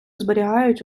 зберігають